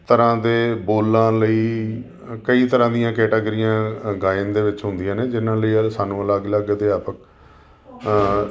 ਤਰ੍ਹਾਂ ਦੇ ਬੋਲਾਂ ਲਈ ਕਈ ਤਰ੍ਹਾਂ ਦੀਆਂ ਕੈਟੀਗਿਰੀਆਂ ਗਾਇਨ ਦੇ ਵਿੱਚ ਹੁੰਦੀਆਂ ਨੇ ਜਿਹਨਾਂ ਲਈ ਸਾਨੂੰ ਅਲੱਗ ਅਲੱਗ ਅਧਿਆਪਕ